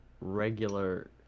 regular